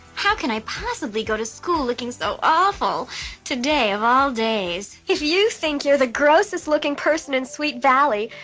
how can i possibly go to school looking so awful today of all days? if you think you're the grossest looking person in sweet valley,